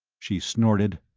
she snorted,